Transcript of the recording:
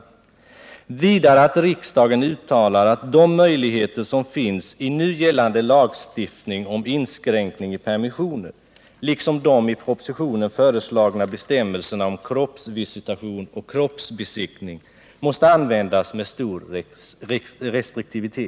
Dessutom föreslår vi att riksdagen uttalar att de möjligheter som finns i nu gällande lagstiftning om inskränkning av permissioner, liksom de i propositionen föreslagna bestämmelserna om kroppsvisitation och kroppsbesiktning, måste användas med stor restriktivitet.